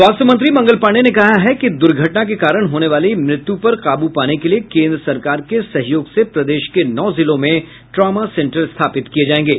स्वास्थ्य मंत्री मंगल पांडेय ने कहा है कि दुर्घटना के कारण होने वाली मृत्यु पर काबू पाने के लिये केन्द्र सरकार के सहयोग से प्रदेश के नौ जिलों में ट्रॉमा सेंटर स्थापित किये जायेंगे